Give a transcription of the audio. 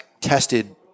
tested